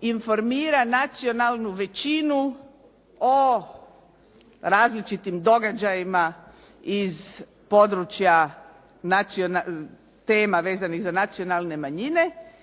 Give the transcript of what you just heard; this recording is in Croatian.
informira nacionalnu većinu o različitim događajima iz područja tema vezanih za nacionalne manjine,